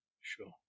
Sure